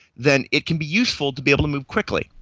then it can be useful to be able to move quickly.